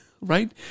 right